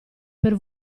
per